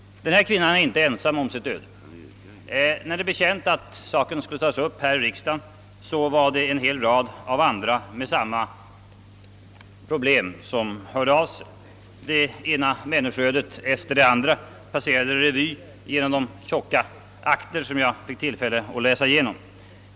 Denna kvinna är inte ensam om sitt öde. Sedan det blev känt att saken skulle tas upp här i riksdagen har en hel rad människor med samma problem hört av sig. Det ena människoödet efter det andra har passerat revy.